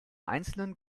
einzelnen